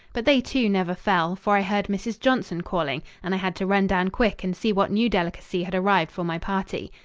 but they, too, never fell, for i heard mrs. johnson calling, and i had to run down quick and see what new delicacy had arrived for my party.